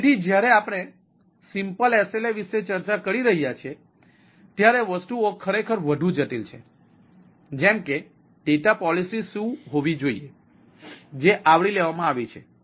તેથી જ્યારે આપણે સિમ્પલ SLA વિશે ચર્ચા કરી રહ્યા છીએ ત્યારે વસ્તુઓ ખરેખર વધુ જટિલ છે જેમ કે ડેટા પોલિસી શું હોવી જોઈએ જે આવરી લેવામાં આવી છે